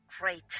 great